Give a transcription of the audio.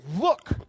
look